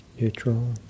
Neutral